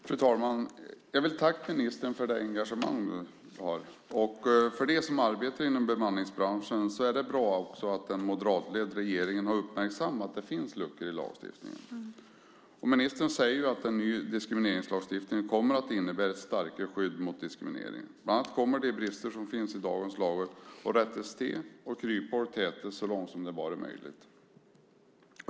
Fru talman! Jag vill tacka ministern för det engagemang hon visar. För dem som arbetar inom bemanningsbranschen är det bra att den moderatledda regeringen uppmärksammat att det finns luckor i lagstiftningen. Ministern säger att en ny diskrimineringslagstiftning kommer att innebära ett starkare skydd mot diskriminering. Bland annat kommer de brister som finns i dagens lagstiftning att rättas till och kryphål tätas så långt det bara är möjligt.